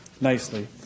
nicely